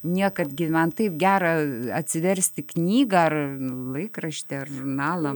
niekad man taip gera atsiversti knygą ar laikraštį ar žurnalą